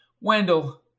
Wendell